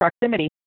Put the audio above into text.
proximity